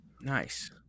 Nice